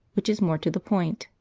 which is more to the point.